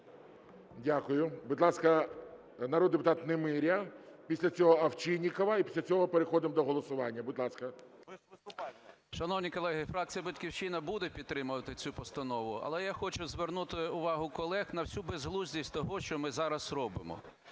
Дякую. Будь ласка, народний депутат Немиря, після цього Овчинникова, і після цього переходимо до голосування. Будь ласка. 12:10:02 НЕМИРЯ Г.М. Шановні колеги, фракція "Батьківщина" буде підтримувати цю постанову, але я хочу звернути увагу колег на всю безглуздість того, що ми зараз робимо.